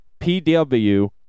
PW